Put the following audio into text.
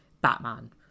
Batman